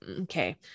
okay